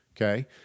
okay